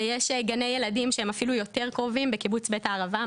ויש גני ילדים שהם אפילו יותר קרובים בקיבוץ בית הערבה,